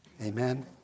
Amen